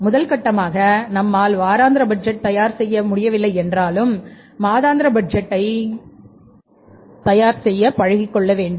முதல் கட்டமாக நம்மால் வாராந்திர பட்ஜெட் தயார் செய்ய முடியவில்லை என்றாலும் மாதாந்திர பட்ஜெட்டை தயார் செய்ய பழகிக் கொள்ள வேண்டும்